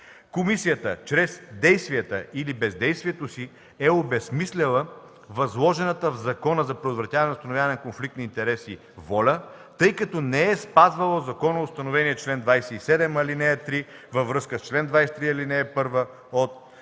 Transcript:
Комисията, чрез действията или бездействието си, е обезсмислила възложената в Закона за предотвратяване и установяване на конфликт на интереси воля, тъй като не е спазвала законоустановения чл. 27, ал. 3 във връзка с чл. 23, ал. 1 от